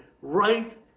right